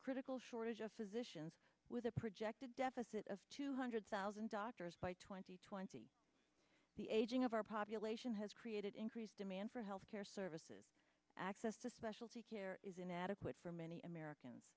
critical shortage of physicians with a projected deficit of two hundred thousand doctors by twenty twenty the aging of our population has created increased demand for health care services access to specialty care is inadequate for many americans